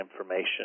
information